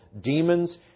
demons